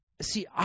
see